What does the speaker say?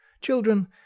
children